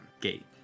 gate